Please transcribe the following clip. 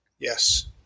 Yes